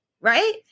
Right